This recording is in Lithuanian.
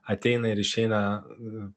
ateina ir išeina